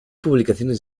publicaciones